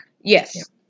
Yes